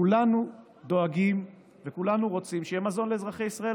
כולנו דואגים וכולנו רוצים שיהיה מזון לאזרחי ישראל,